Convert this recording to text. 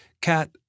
cat